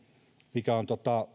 mikä on